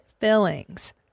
fillings